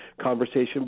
conversation